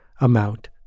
amount